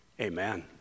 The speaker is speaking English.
amen